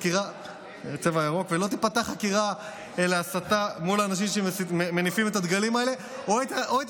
על הסתה לאנשים שמניפים את הדגלים האלה או את